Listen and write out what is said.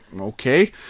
Okay